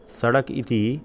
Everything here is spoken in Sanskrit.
सडक् इति